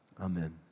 amen